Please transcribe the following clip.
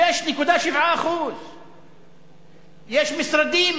6.7%. יש משרדים